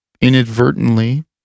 inadvertently